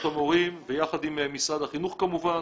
המורים ויחד עם משרד החינוך כמובן,